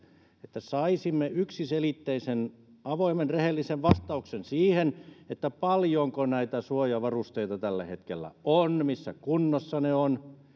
että saisimme yksiselitteisen avoimen rehellisen vastauksen siihen paljonko näitä suojavarusteita tällä hetkellä on missä kunnossa ne ovat